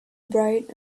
bright